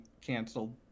canceled